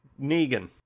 Negan